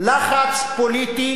לחץ פוליטי